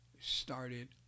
started